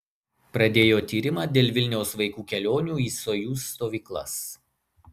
pradėjo tyrimą dėl vilniaus vaikų kelionių į sojuz stovyklas